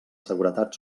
seguretat